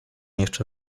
jeszcze